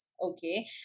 okay